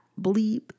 bleep